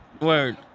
Word